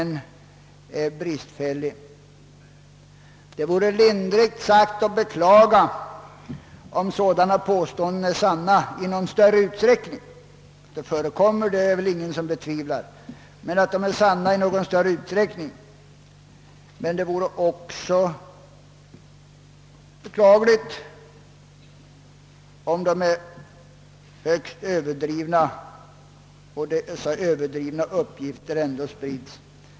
Det vore, lindrigt sagt, att beklaga, om sådana påståenden är sanna i någon större utsträckning — det är väl ingen som betvivlar att sådant förekommer — men det vore också beklagligt, om de är mycket överdrivna och dessa överdrivna uppgifter ändå sprids.